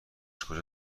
کجا